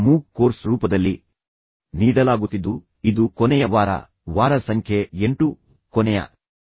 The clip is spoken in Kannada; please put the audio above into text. ಮೂಕ್ ಕೋರ್ಸ್ ರೂಪದಲ್ಲಿ ನೀಡಲಾಗುತ್ತಿದ್ದು ಇದು ಕೊನೆಯ ವಾರ ವಾರ ಸಂಖ್ಯೆ 8 ಕೊನೆಯ ಮಾಡ್ಯೂಲ್ ಮತ್ತು ಕೊನೆಯ ಉಪನ್ಯಾಸವಾಗಿದೆ